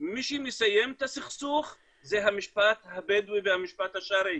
מי שמסיים את הסכסוך זה המשפט הבדואי והמשפט השרעי.